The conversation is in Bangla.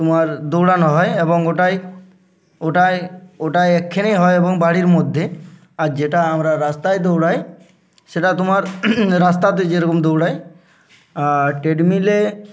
তোমার দৌড়ানো হয় এবং ওটাই ওটায় ওটায় একখানেই হয় এবং বাড়ির মধ্যে আর যেটা আমরা রাস্তায় দৌড়াই সেটা তোমার রাস্তাতে যেরকম দৌড়াই আর ট্রেডমিলে